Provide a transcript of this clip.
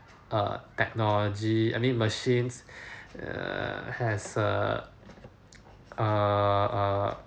uh technology I mean machines err has err err err